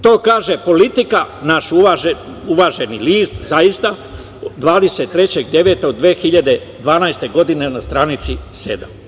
To kaže „Politika“, naš uvaženi list, zaista, 23. septembra 2012. godine na stranici sedam.